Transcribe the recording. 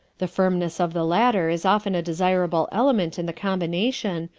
the firmness of the latter is often a desirable element in the combination,